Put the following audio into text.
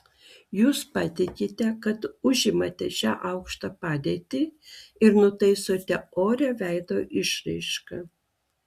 jūs patikite kad užimate šią aukštą padėtį ir nutaisote orią veido išraišką